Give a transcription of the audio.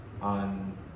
on